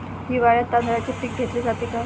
हिवाळ्यात तांदळाचे पीक घेतले जाते का?